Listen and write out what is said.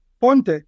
Ponte